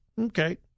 Okay